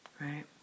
Right